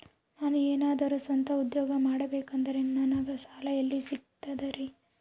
ನಾನು ಏನಾದರೂ ಸ್ವಂತ ಉದ್ಯೋಗ ಮಾಡಬೇಕಂದರೆ ನನಗ ಸಾಲ ಎಲ್ಲಿ ಸಿಗ್ತದರಿ?